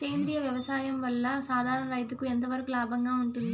సేంద్రియ వ్యవసాయం వల్ల, సాధారణ రైతుకు ఎంతవరకు లాభంగా ఉంటుంది?